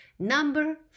Number